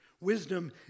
Wisdom